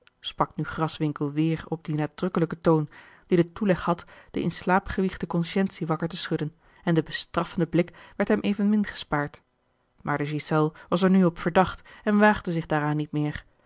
sprak nu graswinckel weêr op dien nadrukkelijken toon die den toeleg had de in slaap gewiegde consciëntie wakker te schudden en de bestraffende blik werd hem evenmin gespaard maar de ghiselles was er nu op verdacht en waagde zich daaraan niet meer